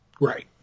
Right